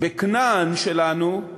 בכנען שלנו,